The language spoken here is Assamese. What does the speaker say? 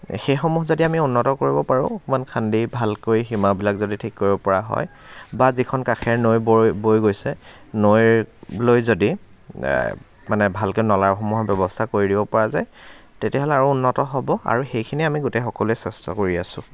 সেইসমূহ যদি আমি উন্নত কৰিব পাৰোঁ অকণমান খান্দি ভালকৈ সীমাবিলাক যদি ঠিক কৰিব পৰা হয় বা যিখন কাষেৰে নৈ বৈ বৈ গৈছে নৈ লৈ যদি মানে ভালকৈ নলাসমূহৰ ব্যৱস্থা কৰি দিব পৰা যায় তেতিয়াহ'লে আৰু উন্নত হ'ব আৰু সেইখিনিয়েই আমি গোটেই সকলোৱে চেষ্টা কৰি আছো